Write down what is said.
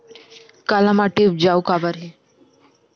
काला माटी उपजाऊ काबर हे?